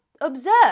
Observe